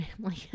family